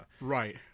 Right